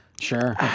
sure